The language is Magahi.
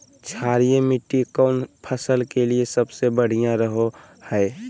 क्षारीय मिट्टी कौन फसल के लिए सबसे बढ़िया रहो हय?